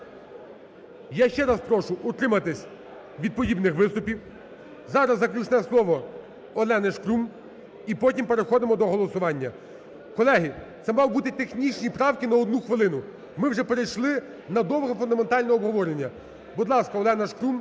Я ще раз прошу утриматись від подібних виступів. Зараз заключне слово Олені Шкрум і потім переходимо до голосування. Колеги, це мали бути технічні правки на одну хвилину, ми вже перейшли на довге фундаментальне обговорення. Будь ласка, Олена Шкрум